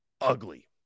ugly